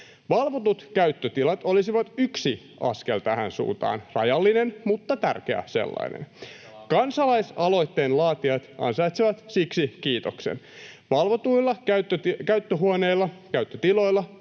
Valvotut käyttötilat olisivat yksi askel tähän suuntaan, rajallinen mutta tärkeä sellainen. [Sheikki Laakson välihuuto] Kansalaisaloitteen laatijat ansaitsevat siksi kiitoksen. Valvotuilla käyttöhuoneilla, käyttötiloilla